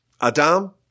Adam